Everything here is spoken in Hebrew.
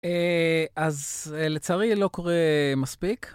אז לצערי לא קורה מספיק.